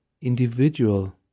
individual